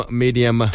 medium